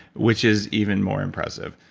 which is even more impressive.